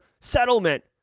settlement